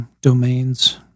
domains